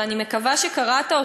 ואני מקווה שקראת אותו,